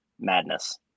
madness